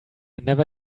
never